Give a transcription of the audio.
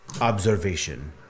observation